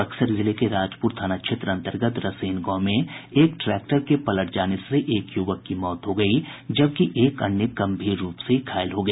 बक्सर जिले के राजपुर थाना क्षेत्र अंतर्गत रसेन गांव में एक ट्रैक्टर के पलट जाने से एक युवक की मौत हो गयी जबकि एक अन्य गंभीर रूप से घायल हो गया